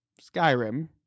Skyrim